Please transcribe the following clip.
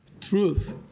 truth